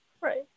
right